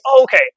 Okay